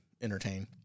entertain